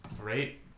great